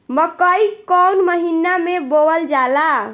मकई कौन महीना मे बोअल जाला?